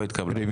לא התקבל.